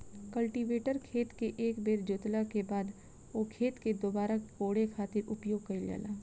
cultivator खेत से एक बेर जोतला के बाद ओ खेत के दुबारा कोड़े खातिर उपयोग कईल जाला